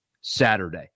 Saturday